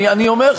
אני אומר,